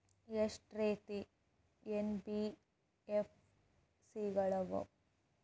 ಎಷ್ಟ ರೇತಿ ಎನ್.ಬಿ.ಎಫ್.ಸಿ ಗಳ ಅವ?